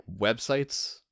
websites